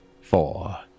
Four